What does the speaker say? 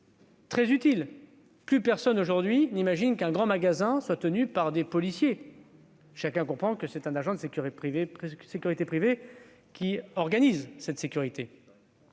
très utile : plus personne aujourd'hui n'imagine qu'un grand magasin soit tenu par des policiers, chacun comprenant que c'est un agent de sécurité privée qui organise cette sécurité.